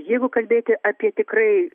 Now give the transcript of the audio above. jeigu kalbėti apie tikrai